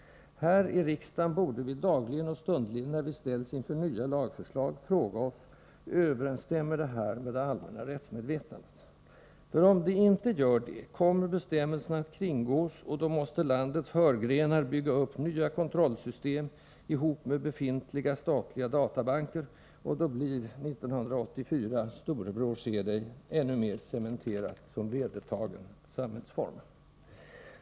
Här i riksdagen borde vi dagligen och stundligen när vi ställs inför nya lagförslag fråga oss: Överensstämmer det här med det allmänna rättsmedvetandet? För om det inte gör det kommer bestämmelserna att kringgås, och då måste landets Heurgrenar bygga upp nya kontrollsystem ihop med befintliga statliga databanker, och då blir ”1984 —Storebror ser dig” ännu mer cementerat som vedertagen samhällsform.